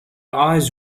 eyes